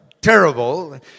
terrible